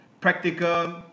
practical